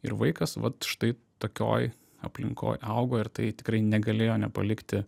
ir vaikas vat štai tokioj aplinkoj augo ir tai tikrai negalėjo nepalikti